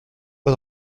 pas